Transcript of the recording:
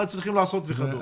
מה הם צריכים לעשות וכדומה.